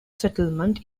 settlement